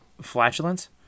flatulence